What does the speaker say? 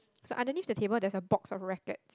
so underneath the table there's a box of rackets